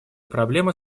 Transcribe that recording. проблемы